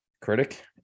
critic